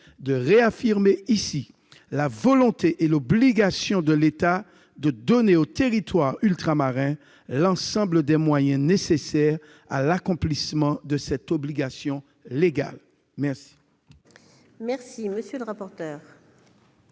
de réaffirmer ici que l'État se doit de donner aux territoires ultramarins l'ensemble des moyens nécessaires à l'accomplissement de cette obligation légale. Quel